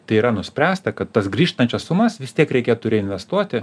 tai yra nuspręsta kad tas grįžtančias sumas vis tiek reikėtų reinvestuoti